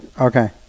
Okay